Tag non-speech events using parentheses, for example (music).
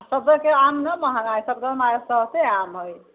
सभे के आम ना महगा हय (unintelligible)